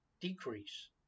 decrease